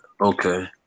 Okay